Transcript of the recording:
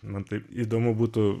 man taip įdomu būtų